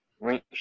reach